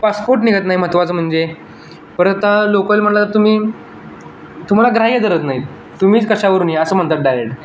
passport निघत नाही महत्वाचं म्हणजे परत लोकल म्हणलं तर तुम्ही तुम्हाला ग्राह्य धरत नाही आहेत तुम्हीच कशावरून हे असं म्हणतात डायरेक्ट